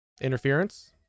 Interference